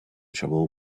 trouble